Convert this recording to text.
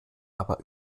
aber